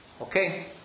Okay